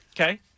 Okay